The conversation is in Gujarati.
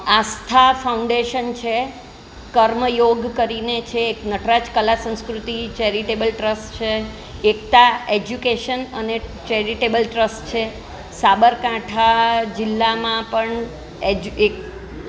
આસ્થા ફાઉન્ડેશન છે કર્મયોગ કરીને છે એક નટરાજ કલા સંસ્કૃતિ ચેરિટેબલ ટ્રસ્ટ છે એકતા એજ્યુકેશન અને ચેરિટેબલ ટ્રસ્ટ છે સાબરકાંઠા જિલ્લામાં પણ એજ્યુ એક